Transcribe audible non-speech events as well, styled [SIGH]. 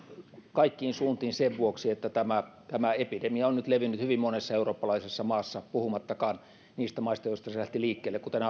kaikkiin suuntiin sen vuoksi että tämä tämä epidemia on nyt levinnyt hyvin monessa eurooppalaisessa maassa puhumattakaan niistä maista joista se lähti liikkeelle kuten [UNINTELLIGIBLE]